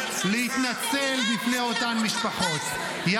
אלפי לוחמים נפצעו בקרב -- כן,